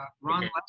Ron